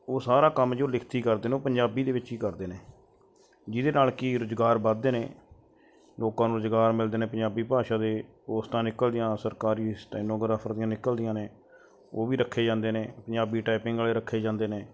ਉਹ ਸਾਰਾ ਕੰਮ ਜੋ ਲਿਖਤੀ ਕਰਦੇ ਨੇ ਉਹ ਪੰਜਾਬੀ ਦੇ ਵਿੱਚ ਹੀ ਕਰਦੇ ਨੇ ਜਿਹਦੇ ਨਾਲ ਕਿ ਰੁਜ਼ਗਾਰ ਵੱਧਦੇ ਨੇ ਲੋਕਾਂ ਨੂੰ ਰੁਜ਼ਗਾਰ ਮਿਲਦੇ ਨੇ ਪੰਜਾਬੀ ਭਾਸ਼ਾ ਦੇ ਪੋਸਟਾਂ ਨਿਕਲਦੀਆਂ ਸਰਕਾਰੀ ਸਟੈਨੋਗ੍ਰਾਫਰ ਦੀਆਂ ਨਿਕਲਦੀਆਂ ਨੇ ਉਹ ਵੀ ਰੱਖੇ ਜਾਂਦੇ ਨੇ ਪੰਜਾਬੀ ਟਾਈਪਿੰਗ ਵਾਲੇ ਰੱਖੇ ਜਾਂਦੇ ਨੇ